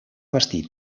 bastir